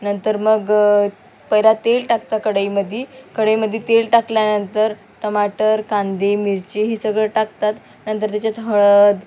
नंतर मग पैरा तेल टाकतात कढईमध्ये कढईमध्ये तेल टाकल्यानंतर टमाटर कांदे मिरची हे सगळं टाकतात नंतर त्याच्यात हळद